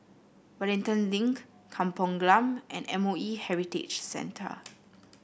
Wellington Link Kampung Glam and M O E Heritage Centre